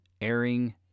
airing